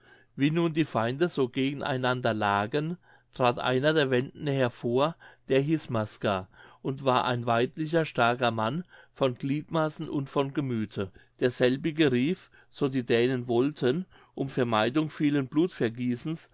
wie nun die feinde so gegen einander lagen trat einer der wenden hervor der hieß maska und war ein weidlicher starker mann von gliedmaßen und von gemüthe derselbige rief so die dänen wollten um vermeidung vielen blutvergießens